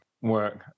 work